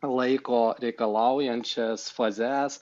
laiko reikalaujančias fazes